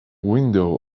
window